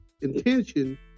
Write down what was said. intention